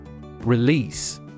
Release